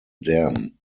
dam